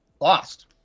lost